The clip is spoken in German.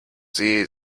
sie